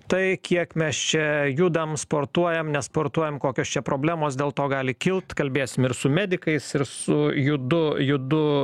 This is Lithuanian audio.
tai kiek mes čia judam sportuojam nesportuojam kokios čia problemos dėl to gali kilt kalbėsim ir su medikais ir su judu judu